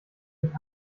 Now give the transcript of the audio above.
mit